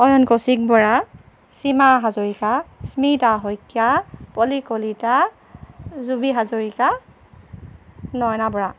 Ayan Kaushik Bora Seema Hazarika Smrita Saikia Poli Kalita Jubi Hazarika Nayana Bora